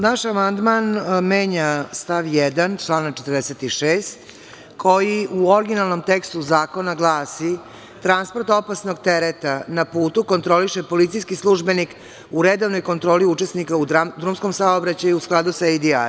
Naš amandman menja stav 1. člana 46, koji u originalnom tekstu zakona glasi – transport opasnog tereta na putu kontroliše policijskih službenik u redovnoj kontroli učesnika u drumskom saobraćaju, u skladu sa ADR.